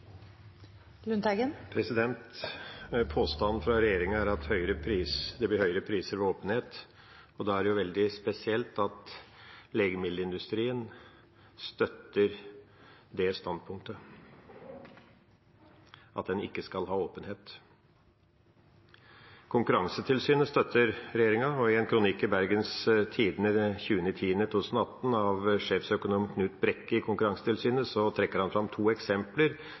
at det blir høyere priser ved åpenhet, og da er det jo veldig spesielt at legemiddelindustrien støtter det standpunktet at en ikke skal ha åpenhet. Konkurransetilsynet støtter regjeringa, og i en kronikk i Bergens Tidende 20. oktober 2018 av sjeføkonom Kurt Brekke i Konkurransetilsynet trekker han fram to eksempler